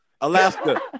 Alaska